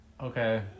okay